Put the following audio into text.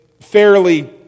fairly